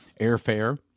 Airfare